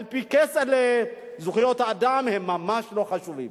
על-פי כצל'ה זכויות האדם ממש לא חשובות.